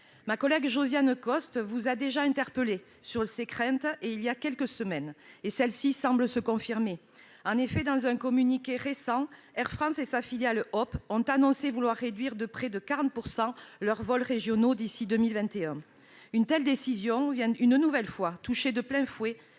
ma collègue Josiane Costes vous a déjà fait part de ses craintes, et ces dernières semblent se confirmer. En effet, dans un communiqué récent, Air France et sa filiale Hop ! ont annoncé vouloir réduire de près de 40 % leurs vols régionaux d'ici à 2021. Une telle décision frappe une nouvelle fois de plein fouet